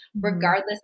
regardless